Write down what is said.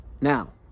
Now